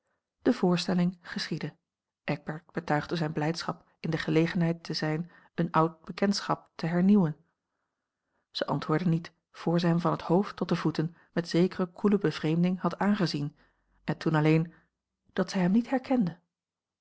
de voorstelling geschiedde eckbert betuigde zijne blijdschap in de gelegenheid te zijn eene oude bekendschap te hernieuwen zij antwoordde niet voor zij hem van het hoofd tot de voeten met zekere koele bevreemding had aangezien en toen alleen dat zij hem niet herkende